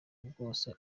bwose